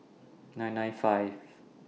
nine nine five